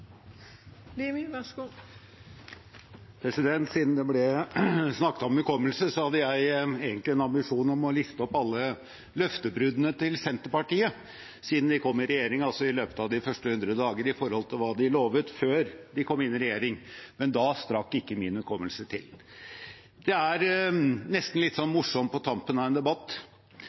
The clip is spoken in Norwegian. Siden det ble snakket om hukommelse, hadde jeg egentlig en ambisjon om å liste opp alle løftebruddene til Senterpartiet siden de kom i regjering – altså i løpet av de første 100 dagene – i forhold til hva de lovet før de kom inn i regjering. Men da strakk ikke min hukommelse til. Det er nesten litt morsomt på tampen av en debatt